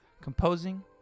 composing